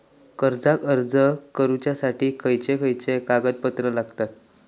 कर्जाक अर्ज करुच्यासाठी खयचे खयचे कागदपत्र लागतत